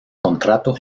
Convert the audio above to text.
contrato